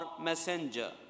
messenger